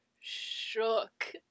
shook